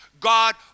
God